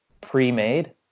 pre-made